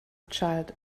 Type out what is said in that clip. child